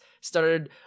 started